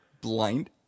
Blind